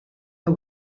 her